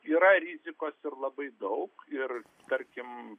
yra rizikos ir labai daug ir tarkim